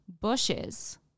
bushes